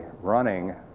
running